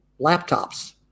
laptops